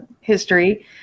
history